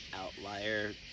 outlier